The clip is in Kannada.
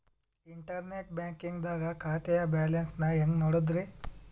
ಇಂಟರ್ನೆಟ್ ಬ್ಯಾಂಕಿಂಗ್ ದಾಗ ಖಾತೆಯ ಬ್ಯಾಲೆನ್ಸ್ ನ ಹೆಂಗ್ ನೋಡುದ್ರಿ?